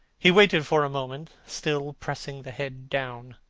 he waited for a moment, still pressing the head down.